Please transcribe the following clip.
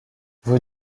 vous